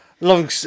long